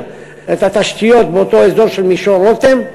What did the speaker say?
את התשתיות באותו אזור של מישור רותם,